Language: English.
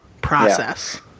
process